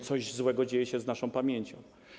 Coś złego dzieje się z naszą pamięcią.